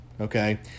okay